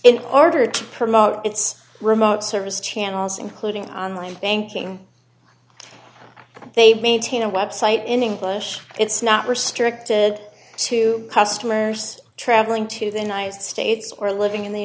in order to promote its remote service channels including on line banking they maintain a website in english it's not restricted to customers traveling to the united states or living in the